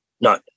No